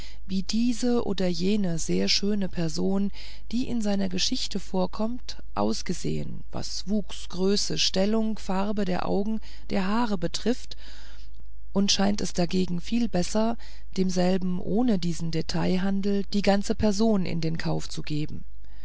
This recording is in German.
wie diese oder jene sehr schöne person die in seiner geschichte vorkommt ausgesehen was wuchs größe stellung farbe der augen der haare betrifft und scheint es dagegen viel besser demselben ohne diesen detailhandel die ganze person in den kauf zu geben